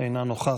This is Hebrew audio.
אינו נוכח,